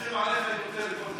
סומכים עליך יותר.